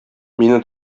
мине